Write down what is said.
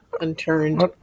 unturned